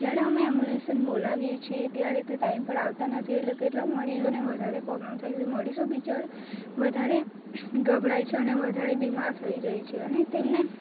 જ્યારે અમે એમ્બુલેસન બોલાવીએ છીએ ત્યારે તે ટાઈમ પર આવતા નથી એટલે કેટલા મરીઝોને વધારે પોબ્લેમ થાય છે મરીઝો બીચારા વધારે ગભરાય છે અને વધારે બીમાર થઈ જાય છે અને તેમને